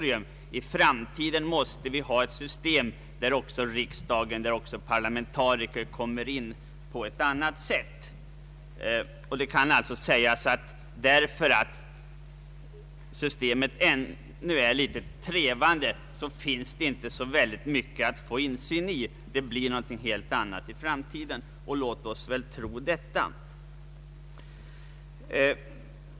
I framtiden måste vi ha ett system, där även riksdagen och parlamentarikerna kommer in på ett annat sätt. Eftersom systemet ännu är litet trevande, finns det inte så mycket att få insyn i. Det blir någonting helt annat i framtiden. Låt oss tro detta.